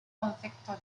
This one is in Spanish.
concepto